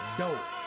dope